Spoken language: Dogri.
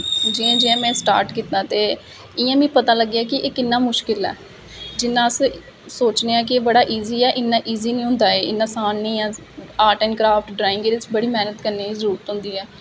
जियां जियां में स्टार्ट कीता ते इयां मिगी पता लग्गेआ कि इक एह् किन्ना मुश्किल ऐ जियां अस सोचने आं कि एह् बड़ा ईजी ऐ इन्ना इजी नेईं होंदा ऐ इन्ना आसान नेईं ऐ आर्ट एंड कराफट ड्राइंग एहदे च बड़ी मैहनत करने दी जरुरत होंदी ऐ